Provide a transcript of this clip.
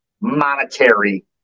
monetary